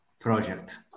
project